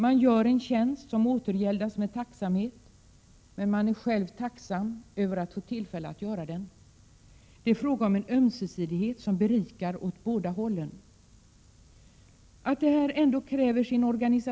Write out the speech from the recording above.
Man gör en tjänst som återgäldas med tacksamhet, men man är själv tacksam över att få tillfälle att göra tjänsten. Det är fråga om en ömsesidighet som berikar åt båda hållen. Att detta ändå kräver sin 13 Prot.